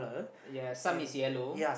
yea some is yellow